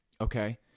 okay